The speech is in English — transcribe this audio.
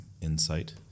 insight